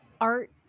art